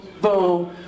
boom